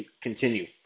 continue